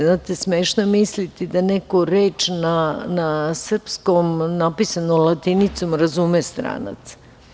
Znate, smešno je misliti da neku reč na srpskom napisanu na latinici razume stranac.